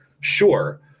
Sure